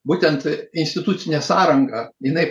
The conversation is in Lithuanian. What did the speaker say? būtent institucinė sąranga jinai